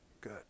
good